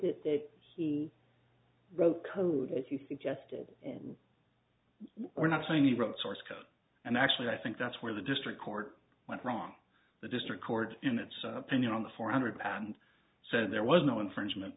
it that he wrote code as you suggested and we're not saying you wrote source code and actually i think that's where the district court went wrong the district court in its opinion on the four hundred pound so there was no infringement